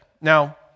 Now